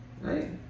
right